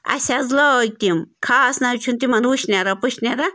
اَسہِ حظ لٲگۍ تِم خاص نَہ حظ چھُنہٕ تِمن وٕشنیرا پٔشنیرا